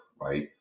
right